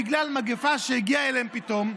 בגלל מגפה שהגיע אליהם פתאום,